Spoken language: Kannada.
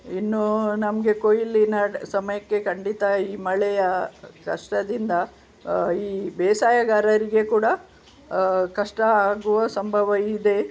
ಇನ್ನೂ ನಮಗೆ ಕೊಯ್ಲಿನ ಡ್ ಸಮಯಕ್ಕೆ ಖಂಡಿತ ಈ ಮಳೆಯ ಕಷ್ಟದಿಂದ ಈ ಬೇಸಾಯಗಾರರಿಗೆ ಕೂಡ ಕಷ್ಟ ಆಗುವ ಸಂಭವ ಇದೆ